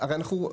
הרי אנחנו,